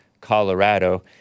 Colorado